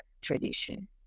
tradition